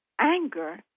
anger